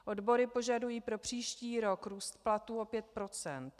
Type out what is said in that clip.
Odbory požadují pro příští rok růst platů o 5 %.